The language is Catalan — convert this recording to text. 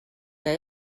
que